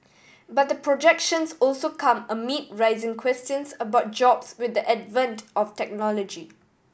but the projections also come amid rising questions about jobs with the advent of technology